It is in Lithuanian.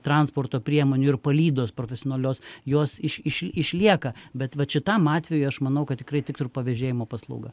transporto priemonių ir palydos profesionalios jos iš iš išlieka bet vat šitam atvejui aš manau kad tikrai tiktų ir pavėžėjimo paslauga